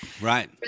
right